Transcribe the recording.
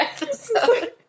episode